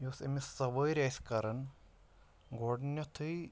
یُس أمِس سوٲرۍ آسہِ کَران گۄڈنٮ۪تھٕے